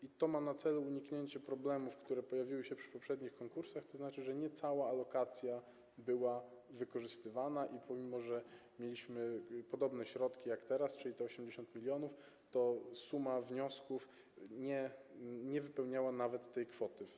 Ma to na celu uniknięcie problemów, które pojawiły się przy poprzednich konkursach, to znaczy że nie cała alokacja była wykorzystywana i pomimo że mieliśmy podobne środki jak teraz, czyli 80 mln, to suma wniosków nie wypełniała nawet tej kwoty.